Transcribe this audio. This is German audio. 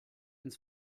ins